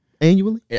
Annually